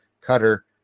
Cutter